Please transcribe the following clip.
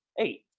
eight